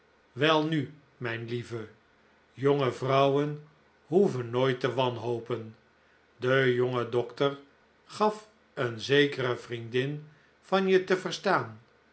welnu mijn lieve jonge vrouwen hoeven nooit te wanhopen de jonge dokter gaf een zekere vriendin van je te verstaan